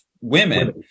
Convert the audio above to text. women